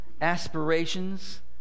aspirations